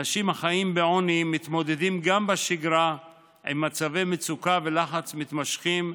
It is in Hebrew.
אנשים החיים בעוני מתמודדים גם בשגרה עם מצבי מצוקה ולחץ מתמשכים,